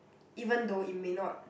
even though it may not